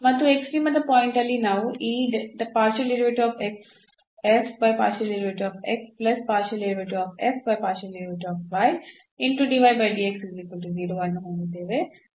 ಮತ್ತು ಈ ಎಕ್ಸ್ಟ್ರೀಮದ ಪಾಯಿಂಟ್ ಅಲ್ಲಿ ನಾವು ಈ ಅನ್ನು ಹೊಂದಿದ್ದೇವೆ